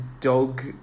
dog